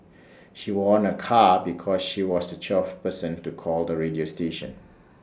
she won A car because she was the twelfth person to call the radio station